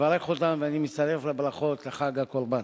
מברך אותם, ואני מצטרף לברכות על חג הקורבן.